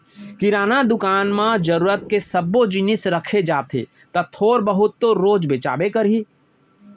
किराना दुकान म जरूरत के सब्बो जिनिस रखे जाथे त थोर बहुत तो रोज बेचाबे करही